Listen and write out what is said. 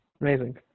Amazing